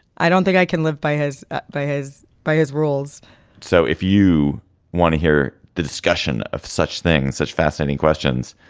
i don't think i can live by his by his by his rules so if you want to hear the discussion of such thing and such fascinating questions,